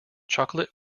chocolate